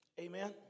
Amen